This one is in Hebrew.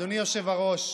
אדוני היושב-ראש,